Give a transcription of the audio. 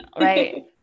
Right